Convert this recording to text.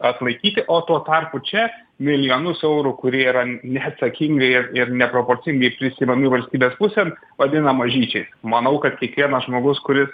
atlaikyti o tuo tarpu čia milijonus eurų kurie yra neatsakingai ir neproporcingai prisiimami valstybės pusėn vadina mažyčiais manau kad kiekvienas žmogus kuris